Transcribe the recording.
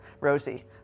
Rosie